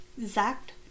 exact